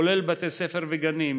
כולל בתי ספר וגנים,